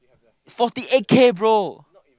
forty eight K bro